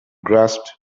grasped